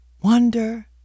Wonder